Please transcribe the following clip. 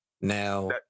Now